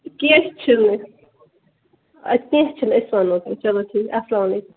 کیٚنٛہہ چھُنہٕ اَدٕ کیٚنٛہہ چھُنہٕ أسۍ وَنو تۄہہِ چلو ٹھیٖک اسلامُ علیکُم